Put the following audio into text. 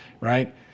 right